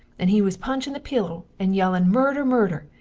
and he was punchin the pilo, and yellin murder! murder!